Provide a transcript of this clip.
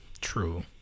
True